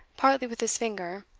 partly with his finger,